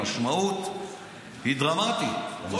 המשמעות היא דרמטית.